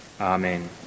Amen